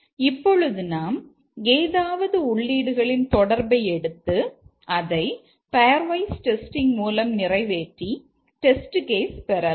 இப்பொழுது நாம் ஏதாவது உள்ளீடுகளின் தொடர்பை எடுத்து அதை பெயர்வைஸ் டெஸ்டிங் மூலம் நிறைவேற்றி டெஸ்ட் கேஸ் பெறலாம்